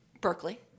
Berkeley